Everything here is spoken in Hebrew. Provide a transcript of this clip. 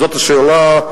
זו השאלה.